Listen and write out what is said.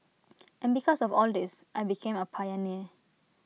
and because of all this I became A pioneer